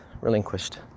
Relinquished